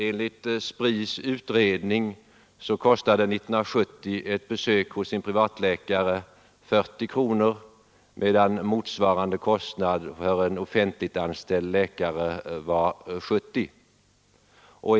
Enligt SPRI:s utredning kostade 1970 ett besök hos en privatläkare 40 kronor, medan motsvarande kostnad för en offentliganställd läkare var 70 kronor.